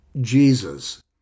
Jesus